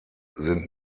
sind